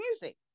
music